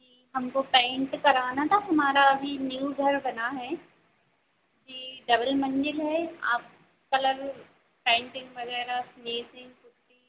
जी हमको पेंट कराना था हमारा अभी न्यू घर बना है जी डबल मंज़िल है आप कलर पेंटिंग वग़ैरह फ़िनिसिंग पुट्टी